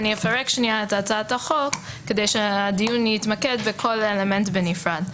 אני אפרק את הצעת החוק כדי שהדיון יתמקד בכל אלמנט בנפרד.